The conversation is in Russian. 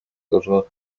должно